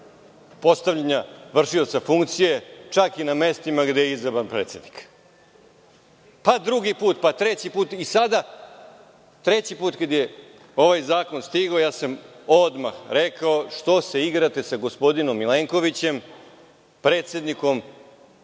postavljanja vršioca funkcije, čak i na mestima gde je izabran predsednik? Pa drugi put, pa treći put i sada treći put kada je ovaj zakon stigao, odmah sam rekao – što se igrate sa gospodinom Milenkovićem, u to